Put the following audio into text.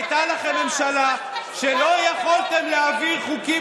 הייתה לכם ממשלה שלא יכולתם להעביר בה חוקים